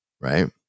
right